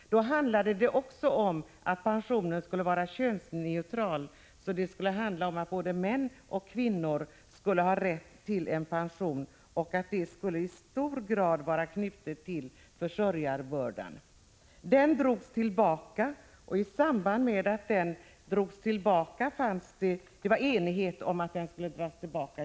Då handlade det också om att pensionen skulle vara könsneutral, så att både män och kvinnor skulle ha rätt till pension, och den skulle i hög grad vara knuten till försörjarbördan. Propositionen drogs tillbaka, och det förtjänar att tilläggas att det rådde enighet om att den skulle dras tillbaka.